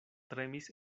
tremis